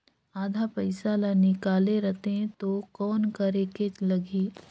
आधा पइसा ला निकाल रतें तो कौन करेके लगही?